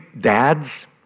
dads